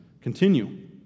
continue